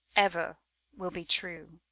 ever will be true.